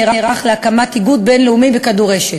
נערך להקמת איגוד בין-לאומי בכדורשת.